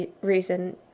reason